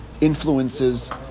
influences